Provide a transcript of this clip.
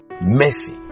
mercy